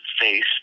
face